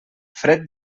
fred